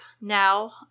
now